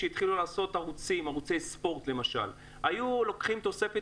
עת התחילו לעשות ערוצים ערוצי ספורט למשל- היו לוקחים תוספת